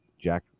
Jack